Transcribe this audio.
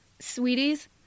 Sweeties